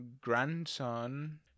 grandson